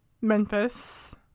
Memphis